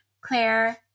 Claire